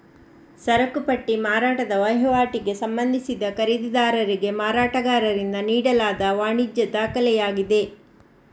ಸರಕು ಪಟ್ಟಿ ಮಾರಾಟದ ವಹಿವಾಟಿಗೆ ಸಂಬಂಧಿಸಿದ ಖರೀದಿದಾರರಿಗೆ ಮಾರಾಟಗಾರರಿಂದ ನೀಡಲಾದ ವಾಣಿಜ್ಯ ದಾಖಲೆಯಾಗಿದೆ